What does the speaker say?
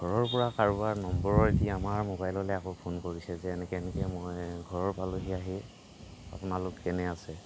ঘৰৰ পৰা কাৰোবাৰ নম্বৰেদি আমাৰ মোবাইললৈ আকৌ ফোন কৰিছে যে এনেকৈ এনেকৈ মই ঘৰ পালোঁহি আহি আপোনালোক কেনে আছে